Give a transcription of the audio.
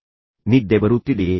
ನಿಮಗೆ ರಾತ್ರಿ ನಿದ್ದೆಯ ಸಮಸ್ಯೆ ಇದೆಯೇ